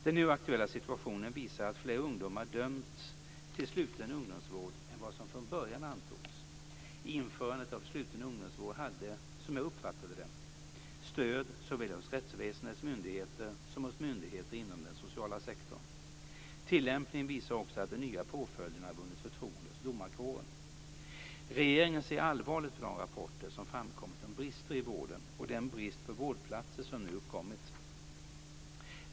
Den nu aktuella situationen visar att fler ungdomar dömts till sluten ungdomsvård än vad som från början antogs. Införandet av sluten ungdomsvård hade, som jag uppfattat det, stöd såväl hos rättsväsendets myndigheter som hos myndigheter inom den sociala sektorn. Tillämpningen visar också att den nya påföljden har vunnit förtroende hos domarkåren. Regeringen ser allvarligt på de rapporter som framkommit om brister i vården och den brist på vårdplatser som nu uppkommit.